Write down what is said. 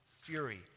fury